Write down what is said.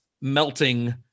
melting